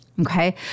Okay